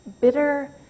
bitter